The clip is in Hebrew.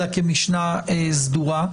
אלא כמשנה סדורה.